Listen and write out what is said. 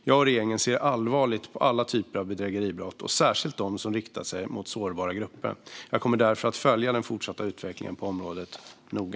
Jag och regeringen ser allvarligt på alla typer av bedrägeribrott och särskilt på dem som riktas mot sårbara grupper. Jag kommer därför att följa den fortsatta utvecklingen på området noga.